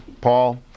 Paul